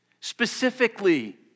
Specifically